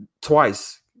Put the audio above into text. twice